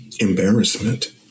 embarrassment